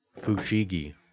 Fushigi